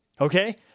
okay